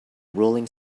rolling